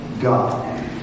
God